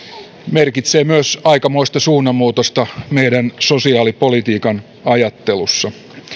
merkitsee myös aikamoista suunnanmuutosta meidän sosiaalipolitiikan ajattelussa